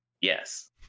Yes